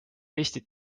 eestit